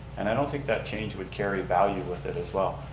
and i don't think that change would carry value with it as well.